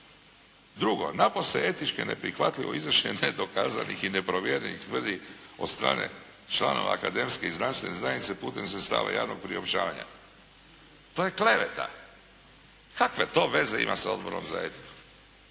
Drugo, napose je etički neprihvatljivo izvršen nedokazanih i neprovjerenih tvrdnji od strane članova akademske i znanstvene zajednice putem sredstava javnog priopćavanja. To je kleveta. Kakve to veze ima sa Odborom za etiku?